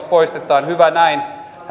poistetaan hyvä näin se